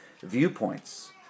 viewpoints